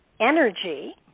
energy